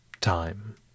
time